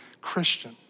Christian